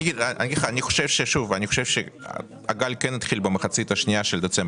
אני חושב שהגל המשמעותי כן התחיל במחצית השנייה של דצמבר